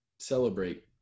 celebrate